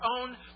own